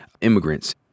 immigrants